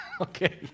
okay